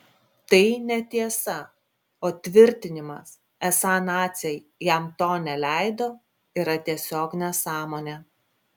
tai netiesa o tvirtinimas esą naciai jam to neleido yra tiesiog nesąmonė